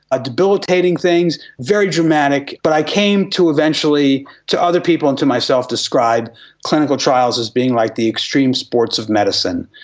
ah debilitating things, very dramatic. but i came eventually, to other people and to myself, describe clinical trials as being like the extreme sports of medicine.